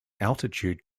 altitude